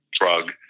drug